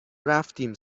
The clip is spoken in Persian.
رفتیم